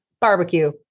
barbecue